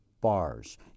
bars